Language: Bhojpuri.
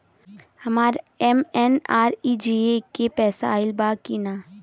हमार एम.एन.आर.ई.जी.ए के पैसा आइल बा कि ना?